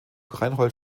reinhold